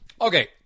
Okay